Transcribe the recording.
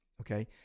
Okay